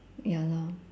ya lor